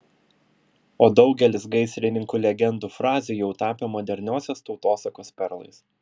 o daugelis gaisrininkų legendų frazių jau tapę moderniosios tautosakos perlais